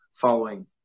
following